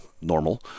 normal